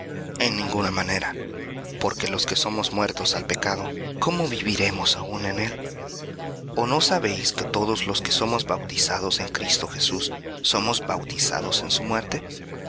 en ninguna manera porque los que somos muertos al pecado cómo viviremos aún en él o no sabéis que todos los que somos bautizados en cristo jesús somos bautizados en su muerte